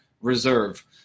reserve